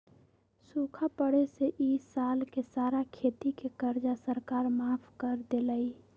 सूखा पड़े से ई साल के सारा खेती के कर्जा सरकार माफ कर देलई